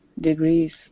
degrees